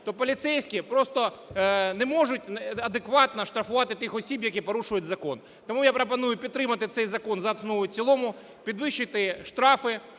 то поліцейські просто не можуть адекватно штрафувати тих осіб, які порушують закон. Тому я пропоную підтримати цей закон за основу і в цілому, підвищити штрафи.